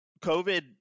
COVID